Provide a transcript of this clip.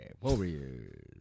Warriors